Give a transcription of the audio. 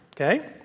okay